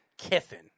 Kiffin